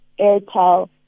Airtel